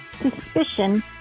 suspicion